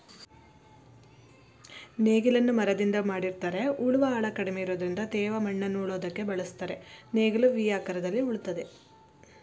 ನೇಗಿಲನ್ನು ಮರದಿಂದ ಮಾಡಿರ್ತರೆ ಉಳುವ ಆಳ ಕಡಿಮೆ ಇರೋದ್ರಿಂದ ತೇವ ಮಣ್ಣನ್ನು ಉಳೋದಕ್ಕೆ ಬಳುಸ್ತರೆ ನೇಗಿಲು ವಿ ಆಕಾರದಲ್ಲಿ ಉಳ್ತದೆ